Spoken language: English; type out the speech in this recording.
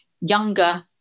younger